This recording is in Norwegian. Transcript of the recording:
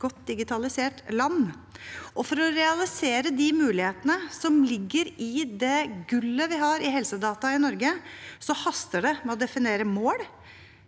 For å realisere de mulighetene som ligger i det gullet vi har av helsedata i Norge, haster det med å definere mål,